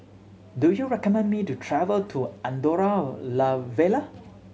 do you recommend me to travel to Andorra La Vella